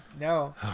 No